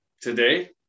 today